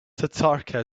tatarka